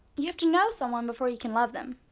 you have to know someone before you can love them.